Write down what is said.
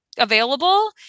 Available